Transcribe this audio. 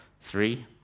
Three